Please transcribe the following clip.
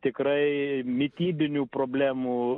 tikrai mitybinių problemų